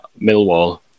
Millwall